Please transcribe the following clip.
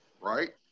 right